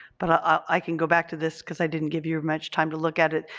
but ah i can go back to this because i didn't give you much time to look at it.